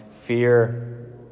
fear